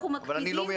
אבל אני לא מייצג.